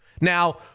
Now